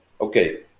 Okay